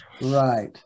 Right